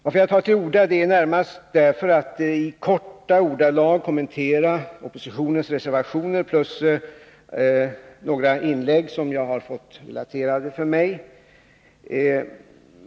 Att jag tar till orda beror närmast på att jag kortfattat vill kommentera oppositionens reservationer jämte några inlägg som har relaterats för mig.